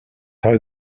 how